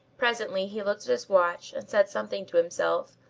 presently he looked at his watch and said something to himself,